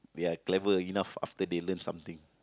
they are clever enough after they learn something